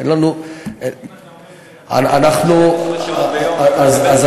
אין לנו, איך, אם